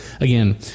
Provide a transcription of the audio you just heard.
again